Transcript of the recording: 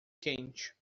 quente